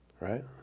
Right